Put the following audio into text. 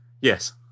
Yes